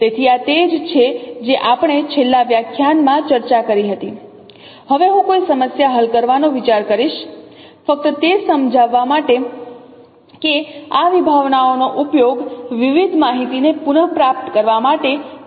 તેથી આ તે જ છે જે આપણે છેલ્લા વ્યાખ્યાન માં ચર્ચા કરી હતી હવે હું કોઈ સમસ્યા હલ કરવાનો વિચાર કરીશ ફક્ત તે સમજાવવા માટે કે આ વિભાવનાઓનો ઉપયોગ વિવિધ માહિતીને પુનપ્રાપ્ત કરવા માટે કેવી રીતે થઈ શકે